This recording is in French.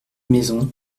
maisons